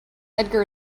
edgar